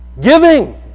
Giving